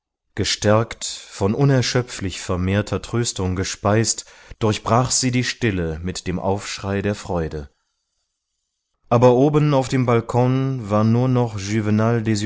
gestärkt von unerschöpflich vermehrter tröstung gespeist durchbrach sie die stille mit dem aufschrei der freude aber oben auf dem balkon war nur noch